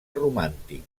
romàntic